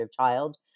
child